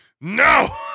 No